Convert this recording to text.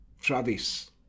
Travis